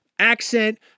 Accent